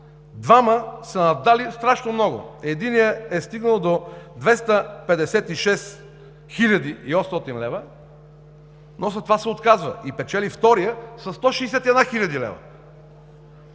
двама са наддали страшно много. Единият е стигнал до 256 хил. 800 лв., но след това се отказва и печели вторият – със 161 хил. лв.